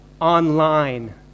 online